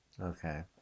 Okay